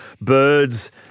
Birds